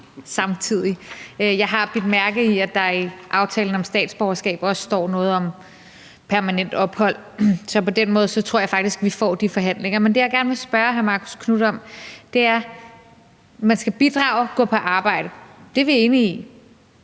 Jeg har bidt mærke i, at der i aftalen om statsborgerskab også står noget om permanent ophold, så på den måde tror jeg faktisk, at vi får de forhandlinger. Men jeg vil gerne spørge hr. Marcus Knuth om noget. Man skal bidrage og gå på arbejde. Det er vi enige i.